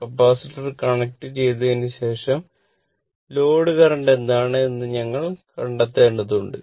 capacitor കണക്റ്റുചെയ്തതിനുശേഷം load current എന്താണ് എന്ന് ഞങ്ങൾ കണ്ടെത്തേണ്ടതുണ്ട്